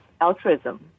altruism